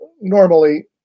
normally